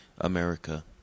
America